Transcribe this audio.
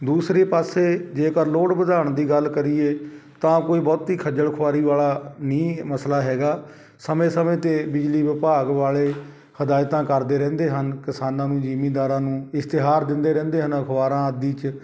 ਦੂਸਰੇ ਪਾਸੇ ਜੇਕਰ ਲੋਡ ਵਧਾਉਣ ਦੀ ਗੱਲ ਕਰੀਏ ਤਾਂ ਕੋਈ ਬਹੁਤੀ ਖੱਜਲ ਖੁਆਰੀ ਵਾਲਾ ਨਹੀਂ ਮਸਲਾ ਹੈਗਾ ਸਮੇਂ ਸਮੇਂ 'ਤੇ ਬਿਜਲੀ ਵਿਭਾਗ ਵਾਲੇ ਹਦਾਇਤਾਂ ਕਰਦੇ ਰਹਿੰਦੇ ਹਨ ਕਿਸਾਨਾਂ ਨੂੰ ਜ਼ਿਮੀਦਾਰਾਂ ਨੂੰ ਇਸ਼ਤਿਹਾਰ ਦਿੰਦੇ ਰਹਿੰਦੇ ਹਨ ਅਖਬਾਰਾਂ ਆਦਿ 'ਚ